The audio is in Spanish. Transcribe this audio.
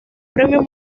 premio